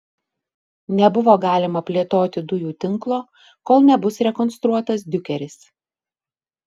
nebuvo galima plėtoti dujų tinklo kol nebus rekonstruotas diukeris